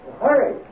Hurry